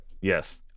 Yes